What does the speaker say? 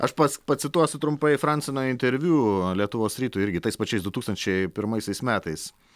aš pats pacituosiu trumpai franceno interviu lietuvos rytui irgi tais pačiais du tūkstančiai pirmaisiais metais